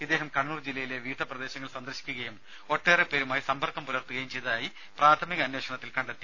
ഇദ്ദേഹം കണ്ണൂർജില്ലയിലെ വിവിധ പ്രദേശങ്ങൾ സന്ദർശിക്കുകയും ഒട്ടേറെ പേരുമായി സമ്പർക്കം പുലർത്തുകയും ചെയ്തതായി പ്രാഥമിക അന്വേഷണത്തിൽ കണ്ടെത്തി